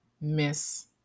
miss